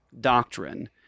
doctrine